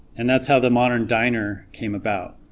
and that's how the modern diner came about,